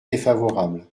défavorable